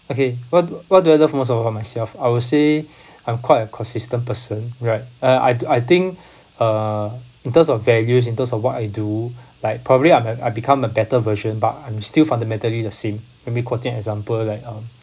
okay what what do I love most about myself I would say I'm quite a consistent person right uh I do I think uh in terms of values in terms of what I do like probably I'm a I become a better version but I'm still fundamentally the same let me quoting example like um